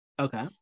okay